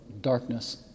darkness